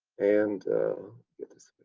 and get this.